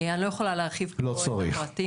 אני לא יכולה להרחיב פה את הפרטים,